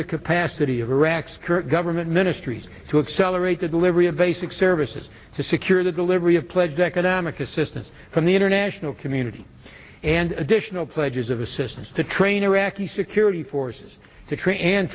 the capacity of iraq's current government ministries to accelerate the delivery of basic services to secure the delivery of pledged economic assistance from the international community and additional pledges of assistance to train iraqi security forces to train and